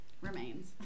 remains